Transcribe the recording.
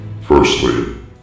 Firstly